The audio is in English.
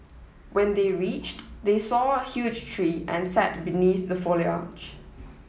when they reached they saw a huge tree and sat beneath the foliage